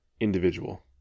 individual